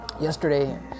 Yesterday